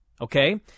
Okay